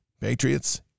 patriots